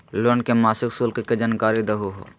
Loan के मासिक शुल्क के जानकारी दहु हो?